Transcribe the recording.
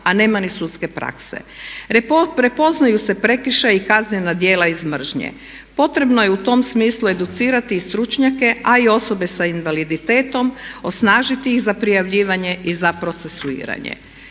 a nema ni sudske prakse. Prepoznaju se prekršaji i kaznena djela iz mržnje. Potrebno je u tom smislu educirati i stručnjake a i osobe sa invaliditetom, osnažiti ih za prijavljivanje i za procesuiranje.